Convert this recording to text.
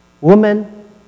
Woman